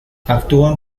actúan